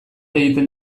egiten